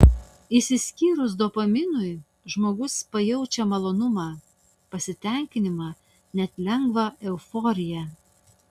išsiskyrus dopaminui žmogus pajaučia malonumą pasitenkinimą net lengvą euforiją